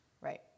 Right